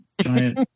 giant